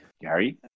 Gary